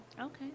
Okay